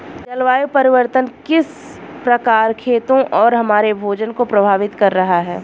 जलवायु परिवर्तन किस प्रकार खेतों और हमारे भोजन को प्रभावित कर रहा है?